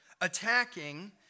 attacking